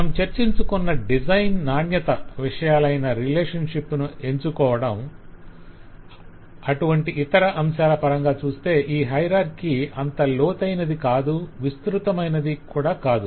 మనం చర్చించుకున్న డిజైన్ నాణ్యత విషయాలైన రిలేషన్షిప్స్ ను ఎంచుకోవడం అటువంటి ఇతర అంశాల పరంగా చూస్తే ఈ హయరార్కి అంత లోతైనదీ కాదు విస్త్రుతమైనదీ కూడా కాదు